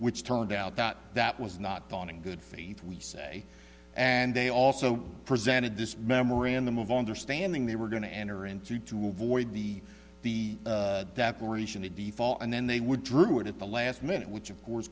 which turned out that that was not done in good faith we say and they also presented this memorandum of understanding they were going to enter into to avoid the the that gratian in the fall and then they would drew it at the last minute which of course